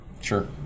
Sure